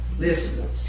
listen